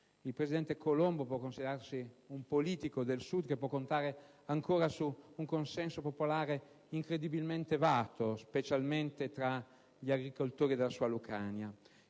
Il presidente Colombo può considerarsi un politico del Sud che può contare ancora su un consenso popolare incredibilmente vasto, specialmente tra gli agricoltori della sua Lucania.